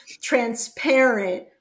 transparent